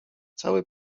cały